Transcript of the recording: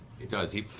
it does. he